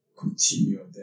continue